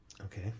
Okay